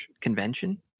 convention